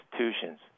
institutions